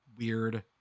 weird